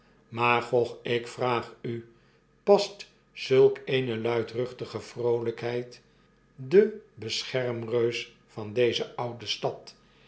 aansprak magog ik vraag u past zulk eene luidruchtige vroolgkheid den beschermreus van deze oude stad